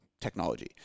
technology